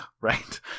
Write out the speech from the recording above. right